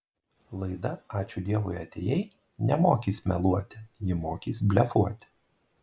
laida ačiū dievui atėjai nemokys meluoti ji mokys blefuoti